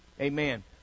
Amen